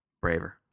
Braver